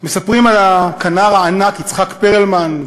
מספרים על הכנר הענק יצחק פרלמן,